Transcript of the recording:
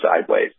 sideways